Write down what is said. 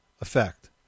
effect